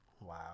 Wow